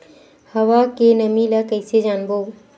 हवा के नमी ल कइसे जानबो?